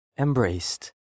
Embraced